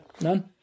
none